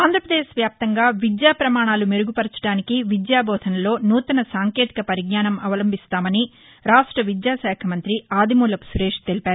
ఆంధ్రాపదేశ్ వ్యాప్తంగా విద్యా ప్రమాణాలు మెరుగుపరచడానికి విద్యా బోధనలో నూతన సాంకేతిక పరిజ్ఞానం అవలంబిస్తామని రాష్ట విద్యాశాఖ మంతి ఆదిమూలపు సురేష్ తెలిపారు